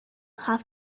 have